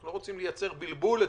אנחנו לא רוצים לייצר בלבול בציבור,